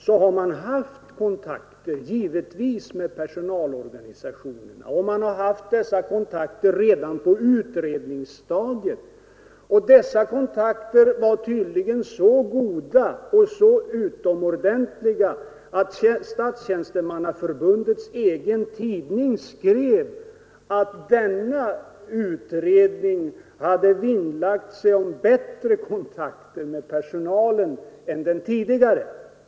Man har givetvis haft kontakter med personalorganisationerna, och det har skett redan på utredningsstadiet. Dessa kontakter var tydligen så goda och så utomordentliga, att Statstjänstemannaförbundets egen tidning skrev att denna utredning hade vinnlagt sig om bättre kontakter med personalen än den tidigare.